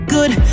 Good